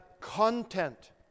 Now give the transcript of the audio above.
content